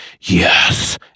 yes